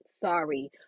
Sorry